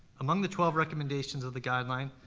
among the twelve recommendations of the guideline,